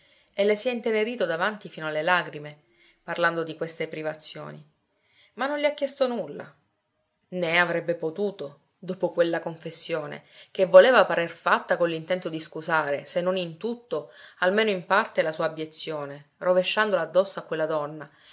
e le si è intenerito davanti fino alle lagrime parlando di queste privazioni ma non le ha chiesto nulla né avrebbe potuto dopo quella confessione che voleva parer fatta con l'intento di scusare se non in tutto almeno in parte la sua abiezione rovesciandola addosso a quella donna